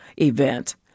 event